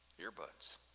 Earbuds